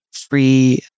free